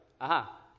Aha